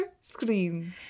screen